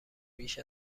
بیش